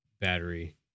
battery—